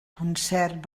concert